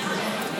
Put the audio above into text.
תרד,